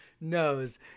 knows